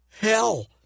hell